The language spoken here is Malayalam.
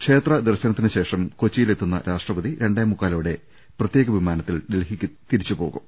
ക്ഷേത്ര ദർശനത്തിനുശേഷം കൊച്ചിയിലെത്തുന്ന രാഷ്ട്രപതി രണ്ടേമുക്കാ ലോടെ പ്രത്യേക വിമാനത്തിൽ ഡൽഹിക്ക് തിരിച്ചുപോകും